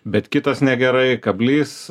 bet kitas negerai kablys